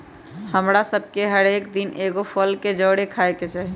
हमरा सभके हरेक दिन एगो फल के जरुरे खाय के चाही